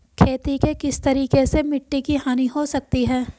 खेती के किस तरीके से मिट्टी की हानि हो सकती है?